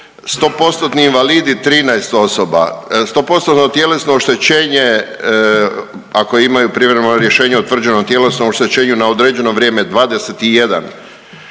100% invalidi 13 osoba, 100% tjelesno oštećenje ako imaju privremeno rješenje o utvrđenom tjelesnom oštećenju na određeno vrijeme 21,